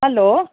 hello